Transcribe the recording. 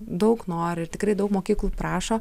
daug nori ir tikrai daug mokyklų prašo